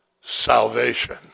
salvation